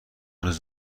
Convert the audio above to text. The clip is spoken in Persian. روز